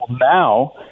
Now